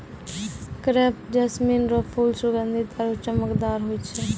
crepe jasmine रो फूल सुगंधीत आरु चमकदार होय छै